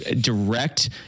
direct